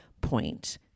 point